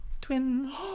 twins